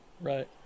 Right